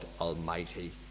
Almighty